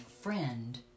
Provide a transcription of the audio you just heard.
friend